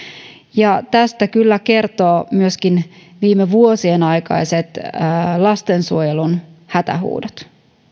ja tästä kyllä kertovat myöskin viime vuosien aikaiset lastensuojelun hätähuudot